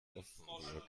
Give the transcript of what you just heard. offenburg